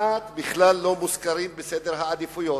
שכמעט בכלל לא מוזכרים בסדר העדיפויות,